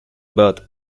birth